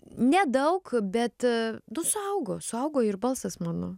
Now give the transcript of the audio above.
nedaug bet nu suaugo suaugo ir balsas mano